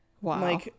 wow